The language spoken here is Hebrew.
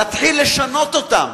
להתחיל לשנות אותם